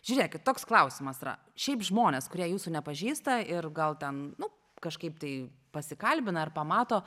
žiūrėkit toks klausimas yra šiaip žmonės kurie jūsų nepažįsta ir gal ten nu kažkaip tai pasikalbina ar pamato